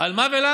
על מה ולמה?